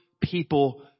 people